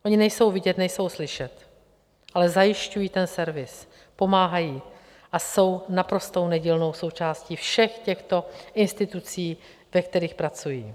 Oni nejsou vidět, nejsou slyšet, ale zajišťují ten servis, pomáhají a jsou naprosto nedílnou součástí všech těchto institucí, ve kterých pracují.